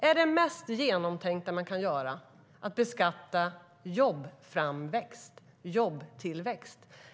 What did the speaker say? Är det mest genomtänkta man kan göra att beskatta jobbframväxt och jobbtillväxt?